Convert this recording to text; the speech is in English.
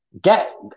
get